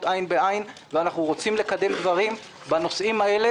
עין בעין ואנחנו רוצים לקדם דברים בנושאים האלה.